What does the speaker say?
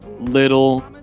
little